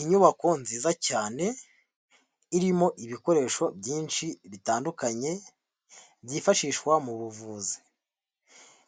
Inyubako nziza cyane irimo ibikoresho byinshi bitandukanye byifashishwa mu buvuzi,